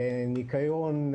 ניקיון,